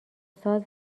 ساز